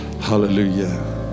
Hallelujah